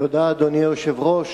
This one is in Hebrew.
אדוני היושב-ראש,